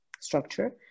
structure